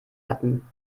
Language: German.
hatten